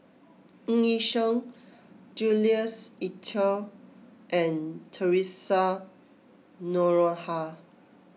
Ng Yi Sheng Jules Itier and theresa Noronha